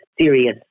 serious